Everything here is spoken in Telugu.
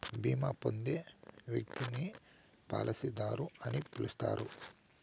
బీమా పొందే వ్యక్తిని పాలసీదారు అని పిలుస్తారు